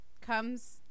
comes